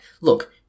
look